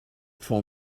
for